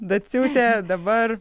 daciūtė dabar